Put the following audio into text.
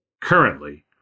currently